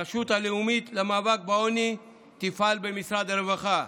הרשות הלאומית למאבק בעוני תפעל במשרד הרווחה,